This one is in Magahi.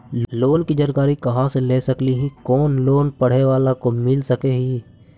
लोन की जानकारी कहा से ले सकली ही, कोन लोन पढ़े बाला को मिल सके ही?